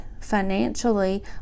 financially